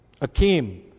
Akeem